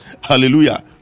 hallelujah